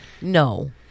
no